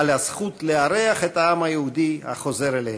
על הזכות לארח את העם היהודי החוזר אליהם.